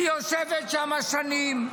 היא יושבת שם שנים.